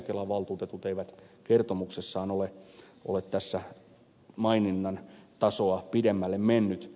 kelan valtuutetut eivät kertomuksessaan ole tässä maininnan tasoa pidemmälle menneet